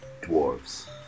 dwarves